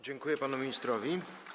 Dziękuję panu ministrowi.